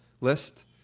list